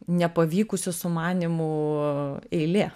nepavykusi sumanymų eilė